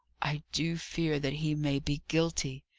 i do fear that he may be guilty.